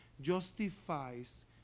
justifies